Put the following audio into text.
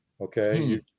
Okay